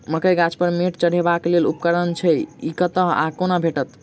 मकई गाछ पर मैंट चढ़ेबाक लेल केँ उपकरण छै? ई कतह सऽ आ कोना भेटत?